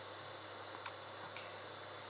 okay